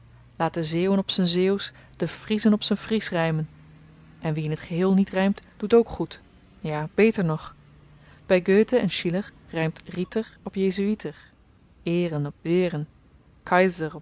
de zeeuwen op z'n zeeuwsch de friezen op z'n friesch rymen en wie in t geheel niet rymt doet ook goed ja beter nog by göthe en schiller rymt ritter op jezuïter